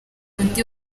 undi